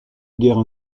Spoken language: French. guerre